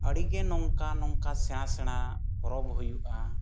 ᱟᱹᱰᱤ ᱜᱮ ᱱᱚᱝᱠᱟᱼᱱᱚᱝᱠᱟ ᱥᱮᱬᱟᱼᱥᱮᱬᱟ ᱯᱚᱨᱚᱵᱽ ᱦᱩᱭᱩᱜᱼᱟ